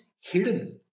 hidden